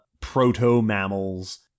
proto-mammals